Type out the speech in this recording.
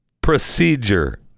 procedure